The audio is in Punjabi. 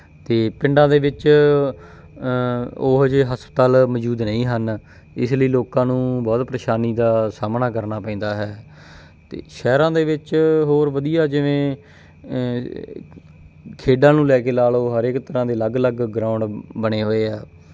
ਅਤੇ ਪਿੰਡਾਂ ਦੇ ਵਿੱਚ ਉਹ ਜਿਹੇ ਹਸਪਤਾਲ ਮੌਜੂਦ ਨਹੀਂ ਹਨ ਇਸ ਲਈ ਲੋਕਾਂ ਨੂੰ ਬਹੁਤ ਪਰੇਸ਼ਾਨੀ ਦਾ ਸਾਹਮਣਾ ਕਰਨਾ ਪੈਂਦਾ ਹੈ ਅਤੇ ਸ਼ਹਿਰਾਂ ਦੇ ਵਿੱਚ ਹੋਰ ਵਧੀਆ ਜਿਵੇਂ ਖੇਡਾਂ ਨੂੰ ਲੈ ਕੇ ਲਾ ਲਓ ਹਰ ਇੱਕ ਤਰ੍ਹਾਂ ਦੇ ਅਲੱਗ ਅਲੱਗ ਗਰਾਊਂਡ ਬਣੇ ਹੋਏ ਆ